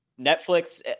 netflix